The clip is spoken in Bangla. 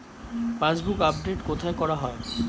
পাসবুক আপডেট কোথায় করা হয়?